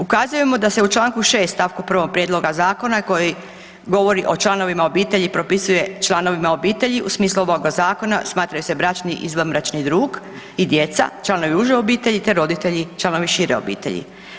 Ukazujemo da se u članku 6. stavku prvom prijedloga zakona koji govori o članovima obitelji propisuje članovima obitelji u smislu ovoga zakona smatraju se bračni i izvanbračni drug i djeca, članovi uže obitelji te roditelji, članovi šire obitelji.